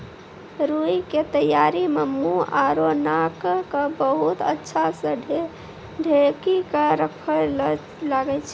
रूई के तैयारी मं मुंह आरो नाक क बहुत अच्छा स ढंकी क राखै ल लागै छै